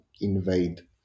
invade